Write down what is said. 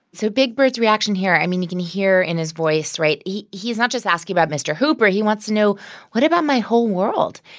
so big bird's reaction here i mean, you can hear in his voice, right? he's not just asking about mr. hooper. he wants to know what about my whole world?